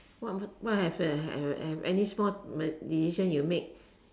what what have a have have any small uh decision you make